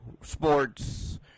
sports